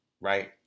right